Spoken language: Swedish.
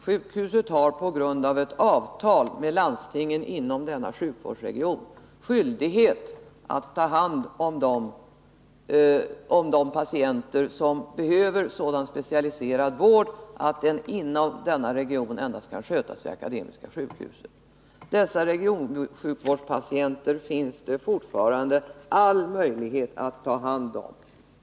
Sjukhuset har på grund av ett avtal med landstingen inom denna sjukvårdsregion skyldighet att ta hand om de patienter som behöver sådan specialiserad vård att den inom denna region kan ges endast vid Akademiska sjukhuset. Dessa regionsjukvårdspatienter finns det fortfarande all möjlighet att ta hand om.